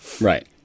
right